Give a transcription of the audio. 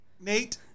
Nate